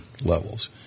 levels